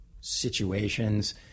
situations